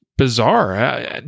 bizarre